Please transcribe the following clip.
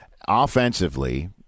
offensively